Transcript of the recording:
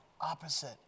opposite